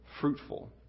fruitful